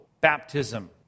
baptism